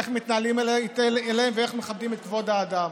איך מתנהלים אליהם ואיך מכבדים את כבוד האדם